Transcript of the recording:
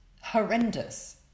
horrendous